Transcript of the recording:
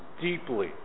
deeply